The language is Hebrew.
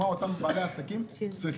מה אותם בעלי העסקים צריכים.